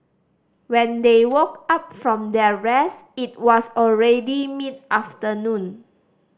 when they woke up from their rest it was already mid afternoon